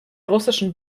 russischen